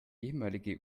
ehemalige